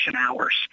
hours